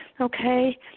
okay